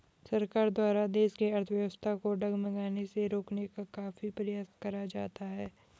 सरकार द्वारा देश की अर्थव्यवस्था को डगमगाने से रोकने का काफी प्रयास करा जाता है